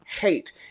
hate